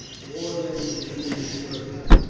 four of them returned victorious,